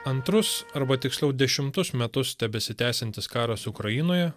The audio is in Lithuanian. antrus arba tiksliau dešimtus metus tebesitęsiantis karas ukrainoje